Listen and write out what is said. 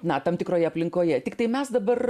na tam tikroje aplinkoje tiktai mes dabar